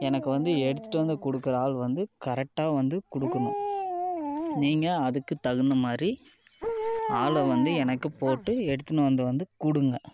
எனக்கு வந்து எடுத்துகிட்டு வந்து கொடுக்குற ஆள் வந்து கரெட்டாக வந்து கொடுக்குணும் நீங்கள் அதுக்கு தகுந்தமாதிரி ஆளாக வந்து எனக்கு போட்டு எடுத்துன்னு வந்து வந்து கொடுங்க